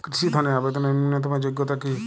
কৃষি ধনের আবেদনের ন্যূনতম যোগ্যতা কী?